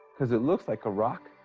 cause it looks like a rock,